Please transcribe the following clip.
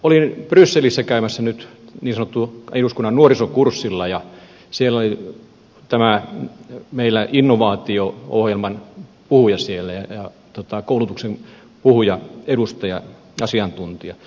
olin brysselissä käymässä nyt niin sanotulla eduskunnan nuorisokurssilla ja siellä oli tämä meidän innovaatio ohjelman puhuja koulutuksen puhuja edustaja asiantuntija